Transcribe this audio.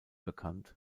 bekannt